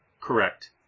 Correct